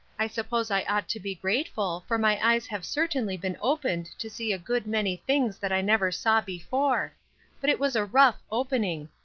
i suppose i ought to be grateful, for my eyes have certainly been opened to see a good many things that i never saw before but it was a rough opening.